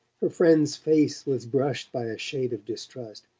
her friend's face was brushed by a shade of distrust.